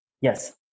Yes